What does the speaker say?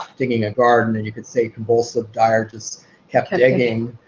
digging a garden, and you could say compulsive dyar just kept digging.